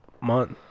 month